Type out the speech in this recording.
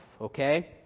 Okay